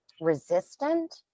resistant